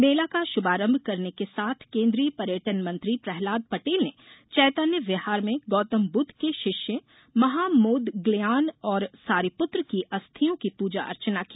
मेला का शुभारंभ करने के साथ केंद्रीय पर्यटन मंत्री प्रहलाद पटेल ने चैतन्य विहार में गौतम ब्रद्ध के शिष्य महामोदग्लयान और सारिपूत्र की अस्थियों की पूजा अर्चना की